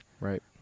Right